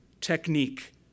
technique